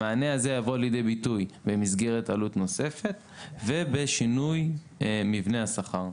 המענה הזה יבוא לידי ביטוי במסגרת עלות נוספת ובשינוי מבנה השכר.